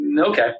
okay